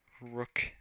Rook